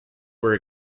were